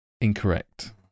Incorrect